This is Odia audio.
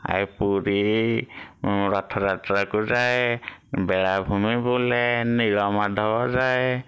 ଏଇ ପୁରୀ ରଥଯାତ୍ରାକୁ ଯାଏ ବେଳାଭୂମି ବୁଲେ ନୀଳମାଧବ ଯାଏ